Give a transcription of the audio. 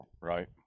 Right